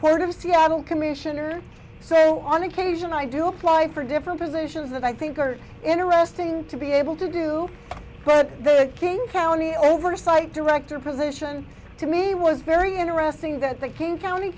part of seattle commissioner so on occasion i do apply for different positions that i think are interesting to be able to do but the king county oversight director position to me was very interesting that the king county